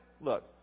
Look